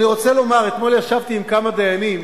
אני רוצה לומר, אתמול ישבתי עם כמה דיינים